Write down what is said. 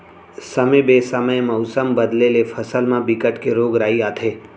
समे बेसमय मउसम बदले ले फसल म बिकट के रोग राई आथे